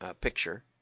picture